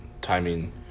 timing